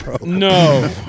No